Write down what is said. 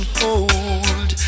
hold